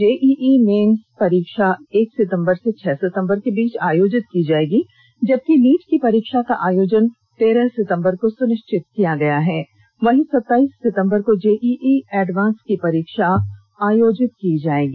JEE main परीक्षा एक सितंबर से छह सितंबर के बीच आयोजित की जायेगी जबकि नीट की परीक्षा का आयोजन तेरह सितंबर को सुनिश्चित किया गया है वहीं सताईस सितंबर को जेईई एडवांस की परीक्षा आयोजित की जाएगी